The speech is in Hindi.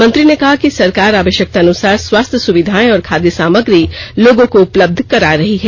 मंत्री ने कहा कि सरकार आवश्यकतानुसार स्वास्थ्य सुविधाएं और खाद्य सामग्री लोगों को उपलब्ध करा रही है